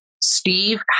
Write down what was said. Steve